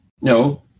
No